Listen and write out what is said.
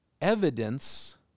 evidence